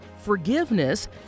forgiveness